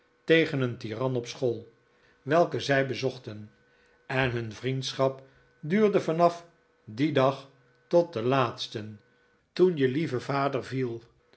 tegen een tiran op de school welke zij bezochten en hun vriendschap duurde van af dien dag tot den laatsten toen je lieve vader viel